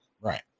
Right